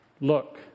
Look